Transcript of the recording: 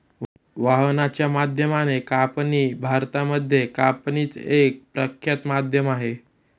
वाहनाच्या माध्यमाने कापणी भारतामध्ये कापणीच एक प्रख्यात माध्यम आहे